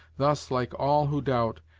thus, like all who doubt,